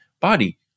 body